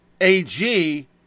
AG